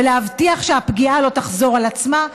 הבטחה שהפגיעה לא תחזור על עצמה,